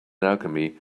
alchemy